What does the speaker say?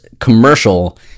commercial